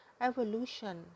Evolution